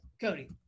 Cody